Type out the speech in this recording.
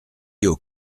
aux